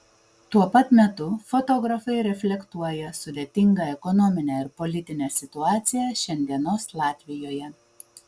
tuo pat metu fotografai reflektuoja sudėtingą ekonominę ir politinę situaciją šiandienos latvijoje